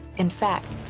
in fact,